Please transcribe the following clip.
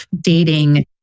dating